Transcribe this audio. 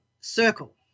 Circle